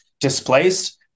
displaced